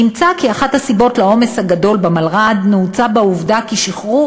נמצא כי אחת הסיבות לעומס הגדול במלר"ד נעוצה בעובדה ששחרור